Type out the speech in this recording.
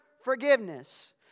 forgiveness